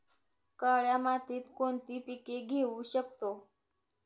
काळ्या मातीत कोणती पिके घेऊ शकतो?